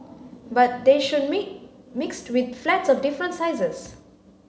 but they should mixed with flats of different sizes